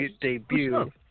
debut